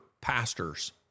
pastors